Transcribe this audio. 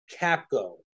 CAPCO